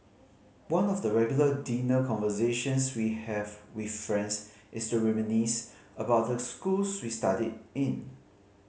one of the regular dinner conversations we have with friends is to reminisce about the schools we studied in